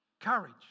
courage